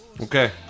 Okay